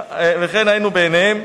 "וכן היינו בעיניהם".